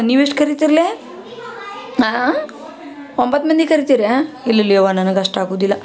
ನೀವು ಎಷ್ಟು ಕರಿತೀರ್ಲೆ ಒಂಬತ್ತು ಮಂದಿ ಕರಿತೀರ ಇಲ್ಲಿಲ್ಲೆ ಅವ್ವ ನನಗೆ ಅಷ್ಟು ಆಗುವುದಿಲ್ಲ